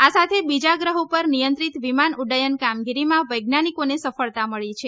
આ સાથે બીજા ગ્રહ ઉપર નિયંત્રીત વિમાન ઉક્ટયન કામગીરીમાં વૈજ્ઞાનિકોને સફળતા મળી છે